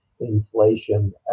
inflation